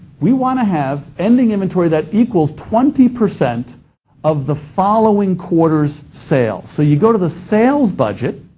we want to have ending inventory that equals twenty percent of the following quarter's sales. so you go to the sales budget,